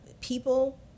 people